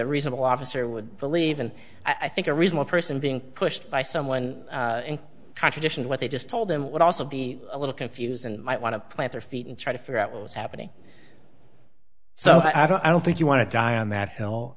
a reasonable officer would believe and i think a reasonable person being pushed by someone in contradiction to what they just told them would also be a little confused and might want to plant their feet and try to figure out what was happening so i don't i don't think you want to die on that hill